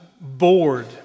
bored